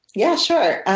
yeah, sure.